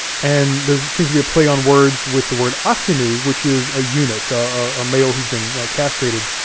and there seems to be a play on words with the word assinu, which is a eunuch, a male who's been castrated,